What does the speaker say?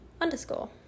underscore